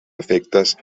efectes